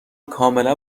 کاملا